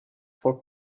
for